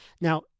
Now